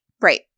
Right